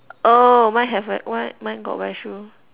oh mine have like [what] mine got wear shoe